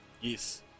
Yes